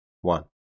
One